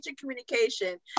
communication